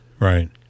Right